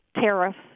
tariffs